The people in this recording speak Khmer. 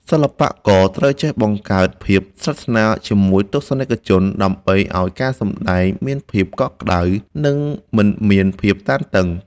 សិល្បករត្រូវចេះបង្កើតភាពស្និទ្ធស្នាលជាមួយទស្សនិកជនដើម្បីឱ្យការសម្តែងមានភាពកក់ក្តៅ និង មិនមានភាពតានតឹង។